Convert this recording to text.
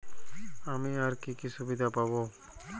আমি আর কি কি সুবিধা পাব?